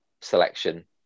selection